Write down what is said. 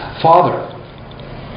father